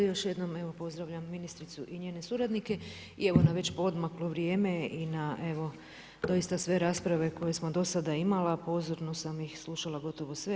Još jednom evo pozdravljam ministricu i njene suradnike i evo na već poodmaklo vrijeme i na evo doista sve rasprave koje sam do sada imala, pozorno sam ih slušala gotovo sve.